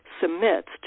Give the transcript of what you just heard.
submits